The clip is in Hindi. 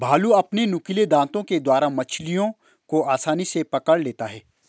भालू अपने नुकीले दातों के द्वारा मछलियों को आसानी से पकड़ लेता है